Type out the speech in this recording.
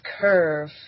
curve